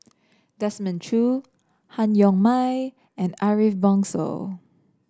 Desmond Choo Han Yong May and Ariff Bongso